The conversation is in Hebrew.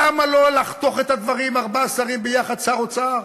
למה לא לחתוך את הדברים ארבעה שרים ביחד, שר אוצר?